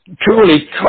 truly